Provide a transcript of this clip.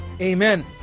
Amen